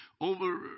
Over